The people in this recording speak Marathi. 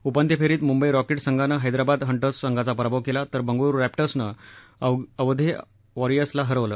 उपांत्य फेरीत मुंबई रॉकेट्स संघानं हैदराबाद हंटर्स संघाचा पराभव केला तर बंगळुरू रस्त्र्सनं अवधे वॉरीयर्सला हरवलं